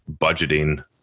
budgeting